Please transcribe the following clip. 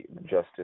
justice